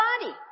body